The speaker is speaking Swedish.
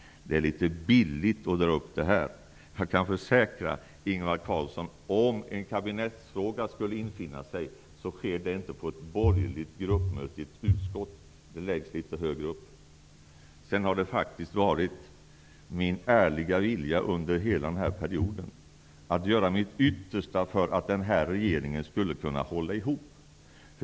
Det är litet billigt att dra upp det här. Jag kan försäkra Ingvar Carlsson att om en kabinettsfråga skulle infinna sig, så sker det inte på ett borgerligt gruppmöte i ett utskott. Den frågan läggs litet högre upp. Det har faktiskt varit min ärliga vilja under hela den här perioden att göra mitt yttersta för att den här regeringen skulle kunna hålla ihop.